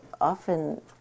often